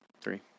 three